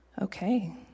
Okay